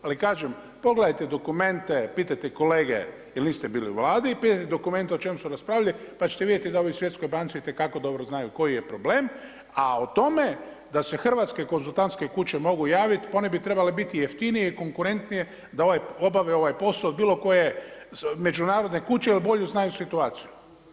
Ali kažem, pogledajte dokumente, pitajte kolege jer niste bili u Vladi, pitajte kolege o čemu su raspravljali, pa ćete vidjeti da ovi u Svjetskoj banci itekako dobro znaju koji je problem, a o tome da se hrvatske konzultantske kuće mogu javiti, pa one bi trebale biti jeftinije i konkurentnije da obavlja ovaj posao od bilo koje međunarodne kuće, jer bolje znaju situaciju.